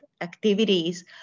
activities